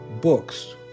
books